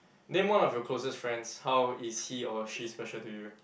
name one of your closest friends how is he or she special to you